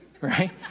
right